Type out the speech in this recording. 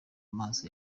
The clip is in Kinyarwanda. amaso